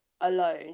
alone